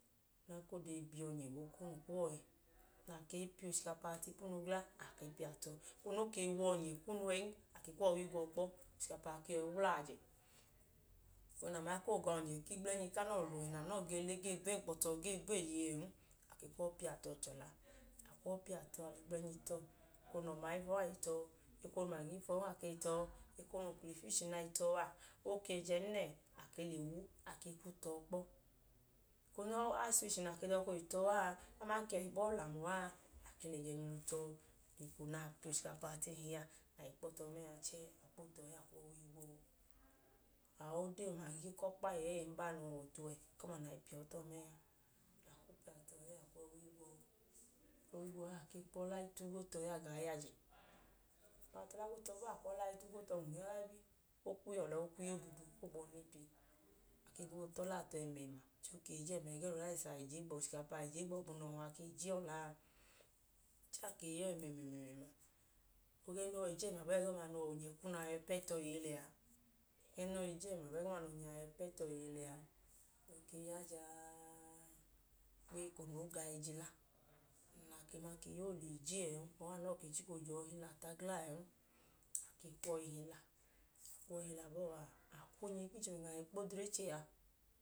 Ọdanka o dee bi ọnyẹ wa ipunu na gee piya ochikapa a tu ipunu gla, a ke piya tọ. eko nook e wa ọnyẹ kunu ẹn, a ke kwu ọwu i gwọ kpọ ochikapa a ke yọi wla ajẹ. A koo ga ọnyẹ ku igblẹnyi ku anọọ nẹ anọọ gee le gee gwa enkpọ tọ gee gweeye ẹẹn, a ke kwu ọọ i piya tọ chọla. A lẹ igblẹnyi tọ, eko nẹ umangi i fọn a i tọ, eko nẹ ọma i fọn a i tọ. Uklafishi na i tọ a, o ke jọn nẹ, a ke i wu a i tọ kpọ. Eko nẹ ayis fishi na dọka oole tọ a, aman ka ẹbẹ ọlamu aa, a ke i tọ. Eko na piya ochikapa a tu ẹhi a, nẹ a i kpọọ tọ mẹẹ a chẹẹ a i kpo tọ ẹẹ, a kwu ọwu i gwu ọ. Aọdee umangi ku ọkpa ẹyẹẹyi ẹyẹẹyi noo ba a, noo he uwọ ọtu a, na i piya ọọ tọ mẹẹ a. A kwu ọọ i piya tọ ẹẹ, a kwu ọwu i gwu ọ. A kwu ọwu i gwu ọ ẹẹ, a kwu ọla i tu gwo tọ ẹẹ a gaa yajẹ. A baa tu ọla tọ bọọ a, a kwu ọla i tugwo tọ nwune gaaga, o kwu yọla o kwu ya odudu. A ke i tu ọla a tọ ẹmẹẹma, ẹgẹẹ nẹ uraisi a ochikapa a gbọbu, nẹ ọhọ a ke i je ọla a. Chẹẹ a ke yọi ya ọọ ẹmẹmẹẹẹma. Ẹgẹẹ noo yọi je ẹmẹẹma bọọ a, ẹgọma nẹ ọnyẹ a ke yọi pẹ tọ iye lẹ a. Ẹgẹẹ noo yọi je ẹmẹẹma bọọ a, ẹgẹẹ nẹ ọnyẹ a yọi pẹ tọ iye lẹ a. O key a jaaaa gbeko noo ke ga ẹjilanoo le je ẹẹn nẹ anọọ ke chika ooje ọọ hilata gla ẹẹn, a ke kwu ọọ i hila. A kwu ọi hila bọọ a, a kwu ọọ bi ga ẹga okpo odre che a.